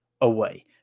away